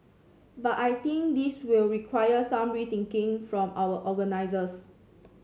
but I think this will require some rethinking from our organisers